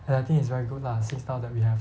and I think it's very good lah since now that we have